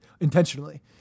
intentionally